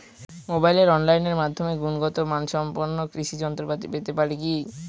মোবাইলে অনলাইনের মাধ্যমে গুণগত মানসম্পন্ন কৃষি যন্ত্রপাতি পেতে পারি কি?